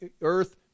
earth